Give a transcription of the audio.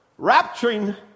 rapturing